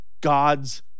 God's